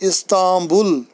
Istanbul